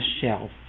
shelf